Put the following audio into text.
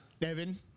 Devin